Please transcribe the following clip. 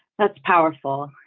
that's powerful,